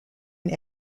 and